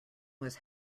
was